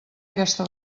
aquesta